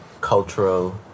cultural